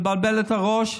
לבלבל את הראש,